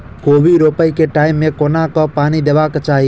कोबी रोपय केँ टायम मे कोना कऽ पानि देबाक चही?